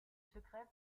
secret